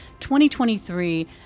2023